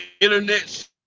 internet